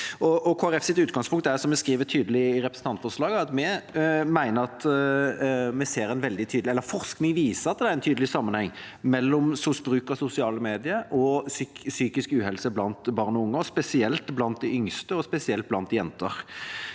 representantforslaget, at forskning viser at det er en tydelig sammenheng mellom bruk av sosiale medier og psykisk uhelse blant barn og unge, spesielt blant de yngste og blant jenter.